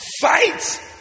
fight